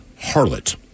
Harlot